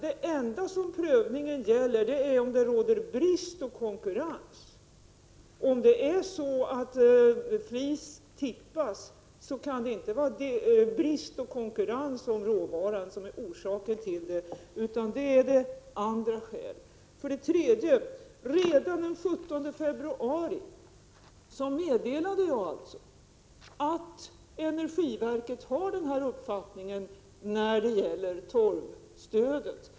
Det enda som prövningen gäller är om det råder brist och konkurrens. Om det är så att flis tippas, kan det inte vara brist och konkurrens om råvaran som är orsaken till det, utan det är andra skäl. För det tredje erinrar jag om att jag redan den 17 februari meddelade vilken uppfattning energiverket har beträffande torvstödet.